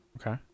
Okay